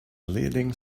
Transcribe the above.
leading